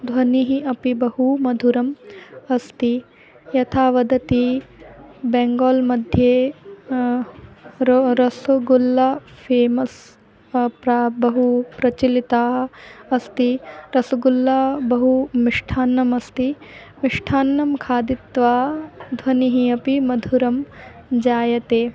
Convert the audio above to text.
ध्वनिः अपि बहु मधुरम् अस्ति यथा वदति बेङ्गाल् मध्ये रो रसगुल्ल फ़ेमस् प्र बहु प्रचलिता अस्ति रसगुल्ला बहु मिष्टान्नमस्ति मिष्टान्नं खादित्वा ध्वनिः अपि मधुरं जायते